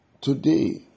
today